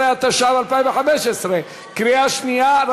14), התשע"ו 2015, בקריאה שנייה.